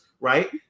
right